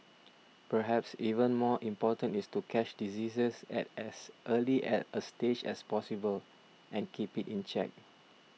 perhaps even more important is to catch diseases at as early a stage as possible and keep it in check